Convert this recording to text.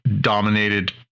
dominated